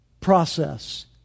process